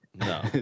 no